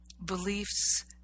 beliefs